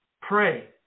Pray